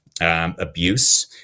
abuse